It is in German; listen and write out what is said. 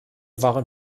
waren